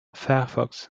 firefox